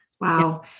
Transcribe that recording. wow